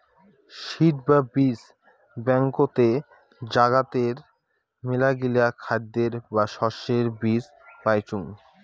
seed বা বীজ ব্যাংকতে জাগাতের মেলাগিলা খাদ্যের বা শস্যের বীজ পাইচুঙ